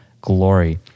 glory